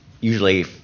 usually